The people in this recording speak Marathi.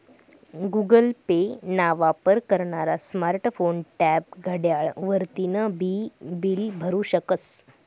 गुगल पे ना वापर करनारा स्मार्ट फोन, टॅब, घड्याळ वरतीन बी बील भरु शकस